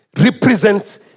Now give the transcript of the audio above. represents